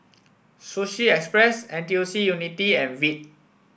Sushi Express N T U C Unity and Veet